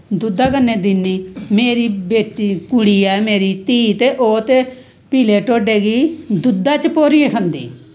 दुध्दा कन्नै दिन्नी मेरी बेटी कुड़ी ऐ मेरी धीऽ ते पीले ढोडे गी दुध्दा च भोरियै खंदी